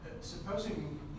Supposing